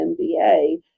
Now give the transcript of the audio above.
MBA